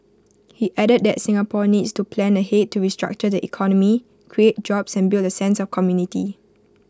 he added that Singapore needs to plan ahead to restructure the economy create jobs and build A sense of community